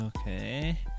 Okay